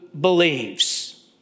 believes